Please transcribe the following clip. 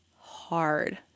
hard